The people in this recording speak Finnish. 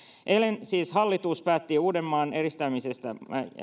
eilen siis hallitus päätti uudenmaan eristämisestä